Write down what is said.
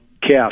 cast